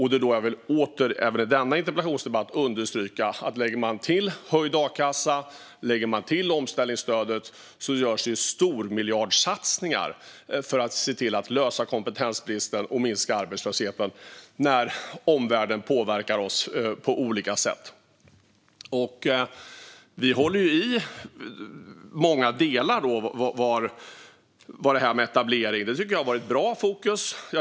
Här vill jag även i denna interpellationsdebatt understryka att om man lägger till höjd a-kassa och omställningsstödet görs det stormiljardsatsningar för att se till att lösa kompetensbristen och minska arbetslösheten när omvärlden påverkar oss på olika sätt. Vi håller kvar många delar, såsom det här med etablering - det tycker jag var ett bra fokus.